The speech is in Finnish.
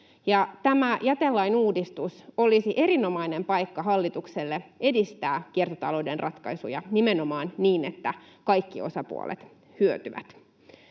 tämä jätelain uudistus olisi erinomainen paikka hallitukselle edistää kiertotalouden ratkaisuja nimenomaan niin, että kaikki osapuolet hyötyvät.